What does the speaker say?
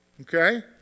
Okay